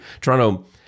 Toronto